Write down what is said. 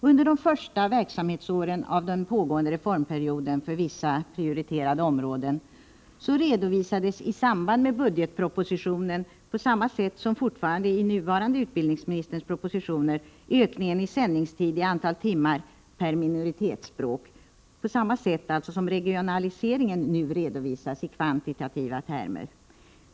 Under de första verksamhetsåren av den pågående reformperioden för vissa prioriterade områden redovisade man i samband med budgetpropositionen ökningen av sändningstid i antal timmar per minoritetsspråk på samma sätt som regionaliseringen nu redovisas i kvantitativa termer.